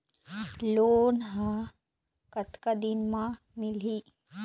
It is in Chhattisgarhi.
लोन ह कतक दिन मा मिलही?